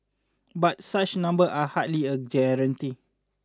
but such number are hardly a guarantee